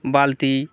বালতি